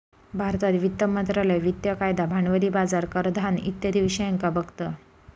भारतात वित्त मंत्रालय वित्तिय कायदा, भांडवली बाजार, कराधान इत्यादी विषयांका बघता